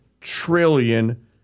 trillion